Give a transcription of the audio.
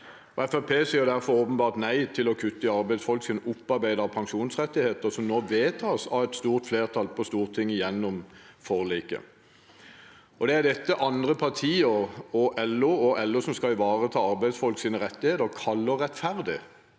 sier derfor nei til å kutte i arbeidsfolks opparbeidede pensjonsrettigheter, som nå vedtas av et stort flertall på Stortinget gjennom forliket. Det er dette andre partier og LO – som skal ivareta arbeidsfolks rettigheter – kaller rettferdig.